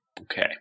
Okay